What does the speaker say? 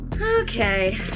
Okay